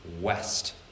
west